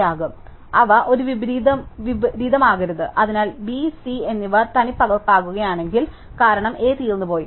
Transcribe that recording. ആകും അതിനാൽ അവ ഒരു വിപരീതമാകരുത് അവർ B C എന്നിവ തനിപ്പകർപ്പാക്കുകയാണെങ്കിൽ കാരണം A തീർന്നുപോയി